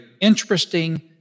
interesting